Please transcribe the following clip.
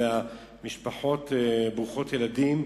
לקשישים ולמשפחות ברוכות ילדים,